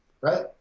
right